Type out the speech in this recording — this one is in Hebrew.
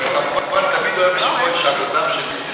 נסים,